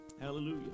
Hallelujah